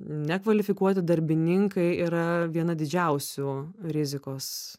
nekvalifikuoti darbininkai yra viena didžiausių rizikos